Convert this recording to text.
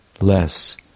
less